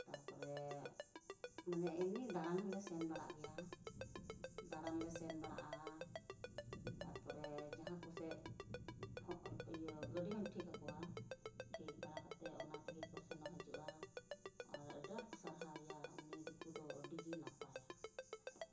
ᱢᱟᱱᱮ ᱮᱢᱱᱤ ᱫᱟᱬᱟᱱ ᱦᱚᱸᱞᱮ ᱥᱮᱱ ᱵᱟᱲᱟᱜ ᱜᱮᱭᱟ ᱫᱟᱬᱟᱱᱞᱮ ᱥᱮᱱ ᱵᱟᱲᱟᱜᱼᱟ ᱛᱟᱨᱯᱚᱨᱮ ᱡᱟᱦᱟᱸ ᱠᱚᱥᱮᱡ ᱜᱟᱹᱰᱤ ᱦᱚᱸᱧ ᱴᱷᱤᱠ ᱟᱠᱚᱣᱟ ᱴᱷᱤᱠ ᱵᱟᱲᱟ ᱠᱟᱛᱮᱫ ᱚᱱᱟ ᱛᱮᱜᱮ ᱠᱚ ᱥᱮᱱᱚᱜ ᱦᱤᱡᱩᱜᱼᱟ ᱟᱨ ᱟᱹᱰᱤ ᱟᱸᱴ ᱠᱚ ᱥᱟᱨᱦᱟᱣᱮᱭᱟ ᱩᱱᱤ ᱫᱤᱠᱩ ᱫᱚ ᱟᱹᱰᱤᱜᱮ ᱱᱟᱯᱟᱭᱟ